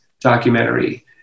documentary